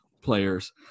players